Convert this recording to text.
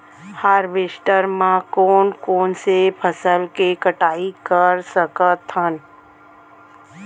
Harvester म कोन कोन से फसल के कटाई कर सकथन?